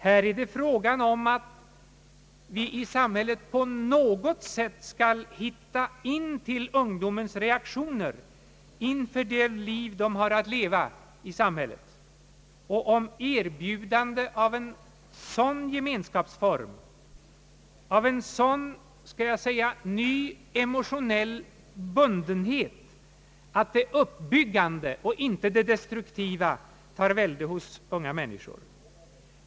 Här är det i stället fråga om att vi i samhället på något sätt måste hitta in till ungdomens reaktioner inför det liv de unga har att leva. Det gäller för oss att kunna erbjuda de unga en sådan gemenskapsform, en sådan skall jag säga ny emotionell bundenhet, att det uppbyggande och icke det destruktiva tar välde hos dem.